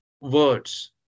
words